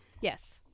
Yes